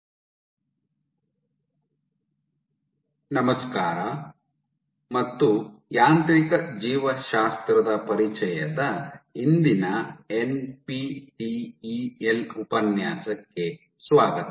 mesenchymal ವಲಸೆಯ ಸಮಯದಲ್ಲಿ actin dynamics ನಮಸ್ಕಾರ ಮತ್ತು ಯಾಂತ್ರಿಕ ಜೀವಶಾಸ್ತ್ರದ ಪರಿಚಯದ ಇಂದಿನ ಎನ್ಪಿಟಿಇಎಲ್ ಉಪನ್ಯಾಸಕ್ಕೆ ಸ್ವಾಗತ